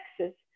Texas